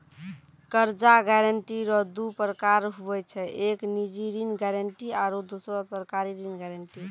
कर्जा गारंटी रो दू परकार हुवै छै एक निजी ऋण गारंटी आरो दुसरो सरकारी ऋण गारंटी